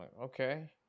Okay